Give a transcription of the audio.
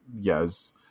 Yes